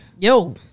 Yo